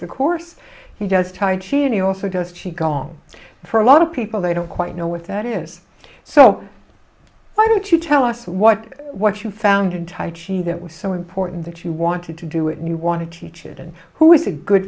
the course he gets tired she any office she gong for a lot of people they don't quite know what that is so why don't you tell us what what you found and type she that was so important that you wanted to do it and you want to teach it and who was it good